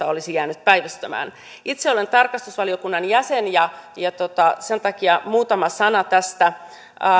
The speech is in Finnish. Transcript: olisi jäänyt päivystämään itse olen tarkastusvaliokunnan jäsen ja ja sen takia muutama sana tästä